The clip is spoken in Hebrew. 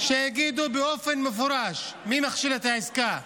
שיגידו באופן מפורש מי מכשיל את העסקה,